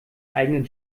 eigenen